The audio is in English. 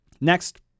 Next